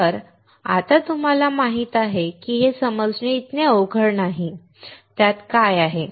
तर आता तुम्हाला माहित आहे की हे समजणे इतके अवघड नाही त्यात काय आहे